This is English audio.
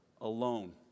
alone